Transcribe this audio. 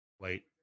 Wait